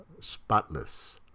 spotless